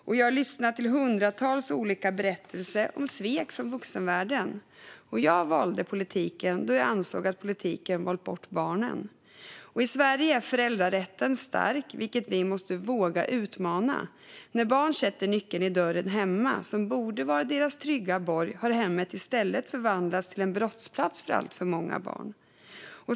Jag har lyssnat till hundratals olika berättelser om svek från vuxenvärlden. Jag valde politiken då jag ansåg att politiken valt bort barnen. I Sverige är föräldrarätten stark, vilket vi måste våga utmana. När barn sätter nyckeln i dörren hemma, som borde vara deras trygga borg, har hemmet i stället förvandlats till en brottsplats för alltför många barn.